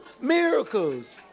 miracles